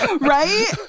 Right